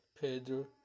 Pedro